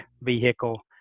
vehicle